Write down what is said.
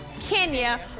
Kenya